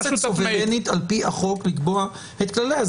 על פי החוק הכנסת סוברנית לקבוע את כלליה.